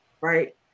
Right